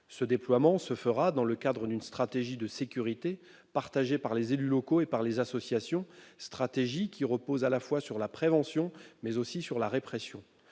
Ce déploiement se fera dans le cadre d'une stratégie de sécurité partagée par les élus locaux et par les associations, stratégie qui repose à la fois sur la prévention et la répression.